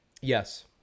yes